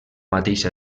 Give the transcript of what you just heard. mateixa